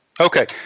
Okay